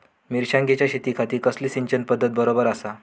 मिर्षागेंच्या शेतीखाती कसली सिंचन पध्दत बरोबर आसा?